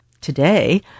today